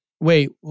wait